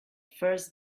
first